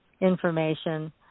information